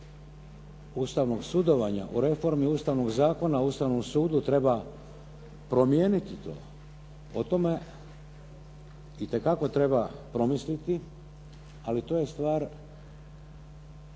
ustavnog sudovanja, u reformi Ustavnog zakona o Ustavnom sudu treba promijeniti to, o tome itekako treba promisliti, ali to je stvar